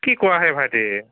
কি কোৱাহে ভাইটি